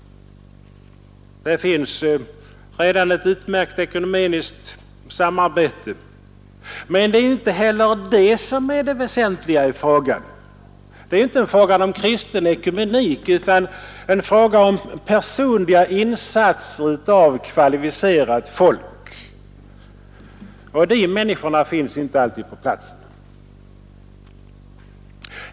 Det finns redan ett utmärkt ekumeniskt samarbete, men inte heller det är det väsentliga i sammanhanget. Vad det gäller är inte en fråga om kristen ekumenik utan en fråga om personliga insatser av kvalificerat folk. De människorna finns inte alltid på platsen.